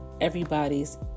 everybody's